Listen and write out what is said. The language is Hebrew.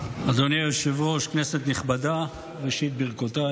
אדוני היושב-ראש, כנסת נכבדה, ראשית, ברכותיי.